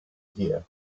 year